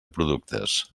productes